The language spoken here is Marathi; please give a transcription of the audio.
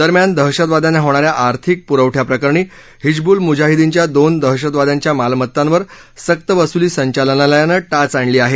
दरम्यान दहशतवाद्यांना होणाऱ्या अर्थिक पुरवठ्याप्रकरणी हिजबुल मुजाहिद्दिनच्या दोन दहशतवाद्यांच्या मालत्तांवर सक्तवसुली संचालनालयानं टाच आणली आहे